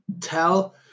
tell